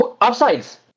Upsides